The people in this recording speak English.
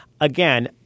again